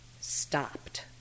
stopped